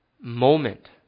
moment